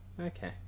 Okay